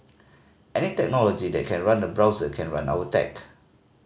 any technology that can run a browser can run our tech